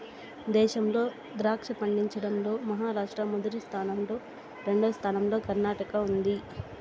దేశంలో ద్రాక్ష పండించడం లో మహారాష్ట్ర మొదటి స్థానం లో, రెండవ స్థానం లో కర్ణాటక ఉంది